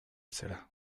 será